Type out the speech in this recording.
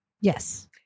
Yes